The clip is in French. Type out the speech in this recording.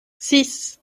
six